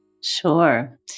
Sure